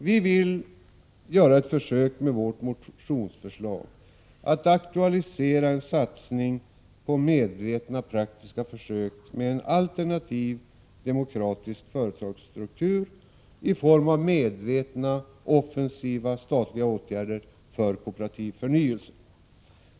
Vi vill med vårt motionsförslag göra ett försök att aktualisera en satsning på praktiska försök med en alternativ demokratisk företagsstruktur i form av medvetna, offensiva statliga åtgärder för kooperativ förnyelse.